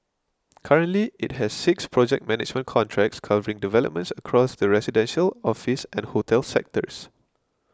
currently it has six project management contracts covering developments across the residential office and hotel sectors